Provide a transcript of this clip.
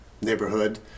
neighborhood